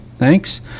Thanks